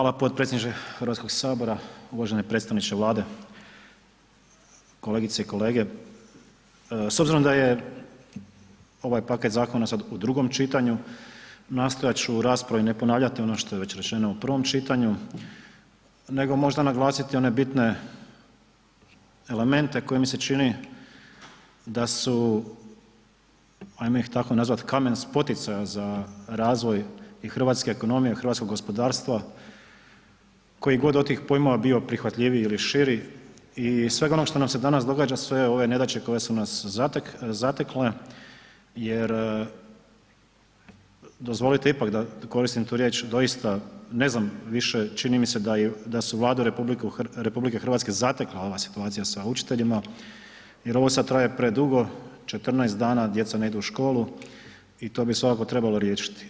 Hvala potpredsjedniče HS, uvaženi predstavniče Vlade, kolegice i kolege, s obzirom da je ovaj paket zakona sad u drugom čitanju, nastojat ću u raspravi ne ponavljati ono što je već rečeno u prvom čitanju, nego možda naglasiti one bitne elemente koje mi se čini da su, ajmo ih tako nazvat, kamen spoticaja za razvoj i hrvatske ekonomije i hrvatskog gospodarstva, koji god od tih pojmova bio prihvatljiviji ili širi i svega onog što nam se danas događa, sve ove nedaće koje su nas zatekle jer, dozvolite ipak da koristim tu riječ, doista ne znam više čini mi se da su Vladu RH zatekla ova situacija sa učiteljima jer ovo sad traje predugo, 14 dana djeca ne idu u školu i to bi svakako trebalo riješiti.